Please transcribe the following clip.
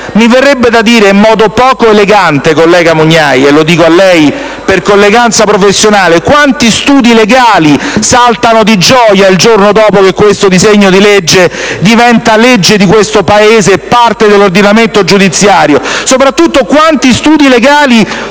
Mi verrebbe da dire, in modo poco elegante, collega Mugnai, e lo dico a lei per colleganza professionale: quanti studi legali saltano di gioia il giorno dopo che questo disegno di legge diventa legge di questo Paese e parte dell'ordinamento giudiziario? Soprattutto, quanti studi penalistici